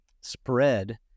spread